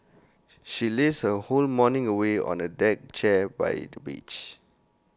she lazed her whole morning away on A deck chair by the beach